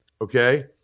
Okay